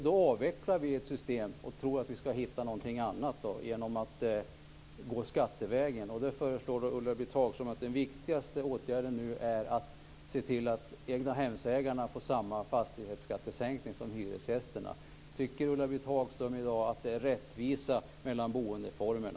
Då avvecklar vi ett system och tror att vi skall kunna hitta någonting annat genom att gå skattevägen. Då menar Ulla-Britt Hagström att den viktigaste åtgärden nu är att se till att egnahemsägare får samma fastighetsskattesänkning som hyresgästerna. Tycker Ulla-Britt Hagström i dag att det är rättvisa mellan boendeformerna?